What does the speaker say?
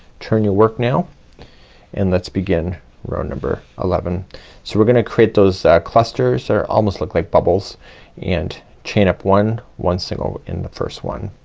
turn your work now and let's begin row number eleven. so we're gonna create those clusters, they almost look like bubbles and chain up one, one single in the first one.